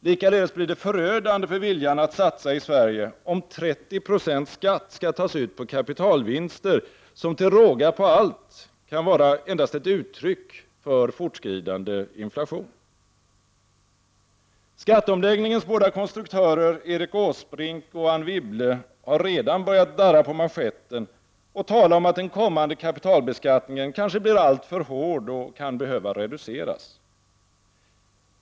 Likaledes blir det förödande för viljan att satsa i Sverige, om 30 96 skatt skall tas ut på kapitalvinster, som till råga på allt endast kan vara ett uttryck för fortskridande inflation. Skatteomläggningens båda konstruktörer Erik Åsbrink och Anne Wibble har redan börjat darra på manschetten och tala om att den kommande kapitalbeskattningen kanske blir alltför hård och kan behöva reduceras.